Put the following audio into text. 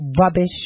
rubbish